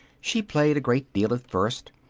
she played a great deal at first,